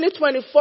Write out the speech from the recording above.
2024